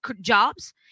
jobs